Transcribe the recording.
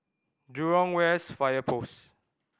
Jurong West Fire Post